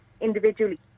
individually